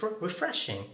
refreshing